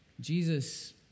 Jesus